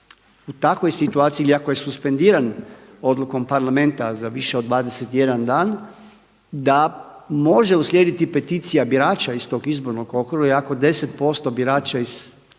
U takvoj situaciji ili ako je suspendiran odlukom parlamenta za više od 21 dan da može uslijediti peticija birača iz tog izbornog okruga, i ako 10% birača iz tog njegovog okruga